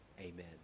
Amen